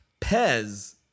pez